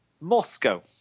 Moscow